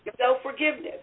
self-forgiveness